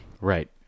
Right